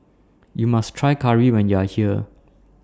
YOU must Try Curry when YOU Are here